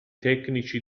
tecnici